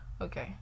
Okay